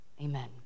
Amen